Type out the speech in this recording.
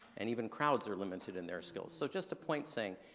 and even crowds are limited in their skills. so just a point saying,